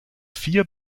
vier